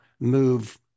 move